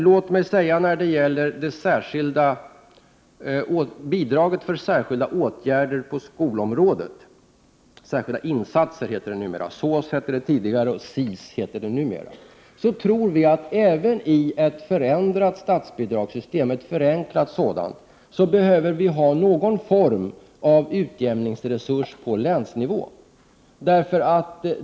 Låt mig när det gäller bidraget för Särskilda insatser på skolområdet, SIS — det som tidigare hette Särskilda åtgärder på skolområdet, SÅS — säga att vi tror att det även i ett förändrat och förenklat statsbidragssystem behövs någon form av utjämningsresurs på länsnivå.